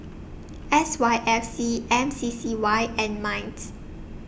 S Y F C M C C Y and Minds